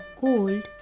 cold